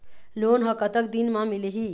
Loan ह कतक दिन मा मिलही?